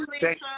Thank